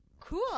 cool